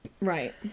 Right